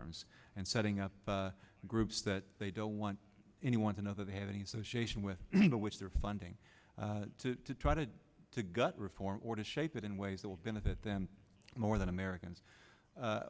firms and setting up groups that they don't want anyone to know that they have any so shaken with the which they're funding to to try to to gut reform or to shape it in ways that would benefit them more than americans